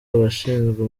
abashinzwe